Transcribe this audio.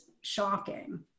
shocking